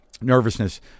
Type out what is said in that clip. nervousness